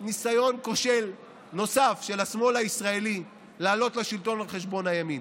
ניסיון כושל נוסף של השמאל הישראלי לעלות לשלטון על חשבון הימין.